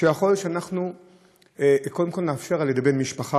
יכול להיות שאנחנו קודם כול נאפשר על ידי בן משפחה,